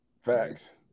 Facts